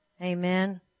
Amen